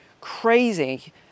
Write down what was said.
crazy